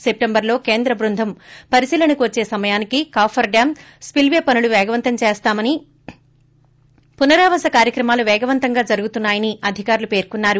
సెప్షెంబర్లో కేంద్ర బృందం పరిశీలనకు వచ్చే సమయానికి కాఫర్ డ్యాం స్పిలేవే పనులు వేగవంతం చేస్తామని పునరావాస్ కార్యక్రమాలు వి వినిపిస్తున్నాయని అధికారులు పెర్కున్నారు